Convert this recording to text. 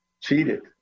cheated